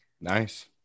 Nice